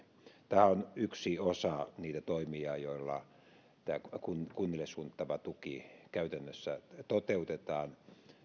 tämä on yksi osa niitä toimia joilla tämä kunnille suunnattava tuki käytännössä toteutetaan